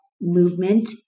movement